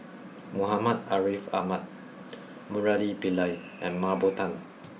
Muhammad Ariff Ahmad Murali Pillai and Mah Bow Tan